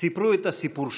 סיפרו את הסיפור שלה.